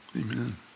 Amen